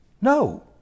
No